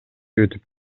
өтүп